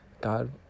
God